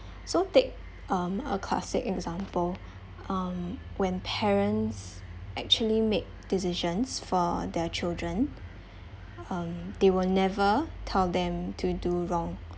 so take um a classic example um when parents actually make decisions for their children um they will never tell them to do wrong